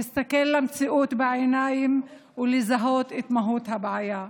להסתכל למציאות בעיניים ולזהות את מהות הבעיה.